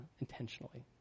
intentionally